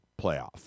playoff